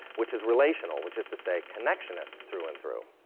which is relational, which is, to say, connectionist, through and through.